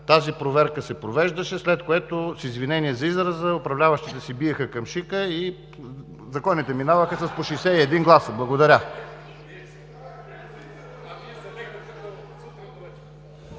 тази проверка се провеждаше, след което, с извинение за израза, управляващите си биеха камшика (смях от ГЕРБ) и законите минаваха с по 61 гласа. Благодаря.